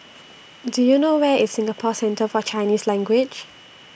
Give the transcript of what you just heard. Do YOU know Where IS Singapore Centre For Chinese Language